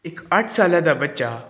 ਇੱਕ ਅੱਠ ਸਾਲਾਂ ਦਾ ਬੱਚਾ